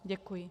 Děkuji.